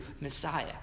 Messiah